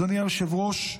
אדוני היושב-ראש,